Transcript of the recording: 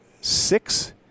six